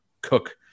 cook